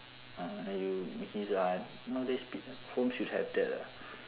ah you making use ah nowadays peo~ homes should have that lah